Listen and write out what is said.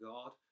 God